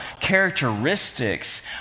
characteristics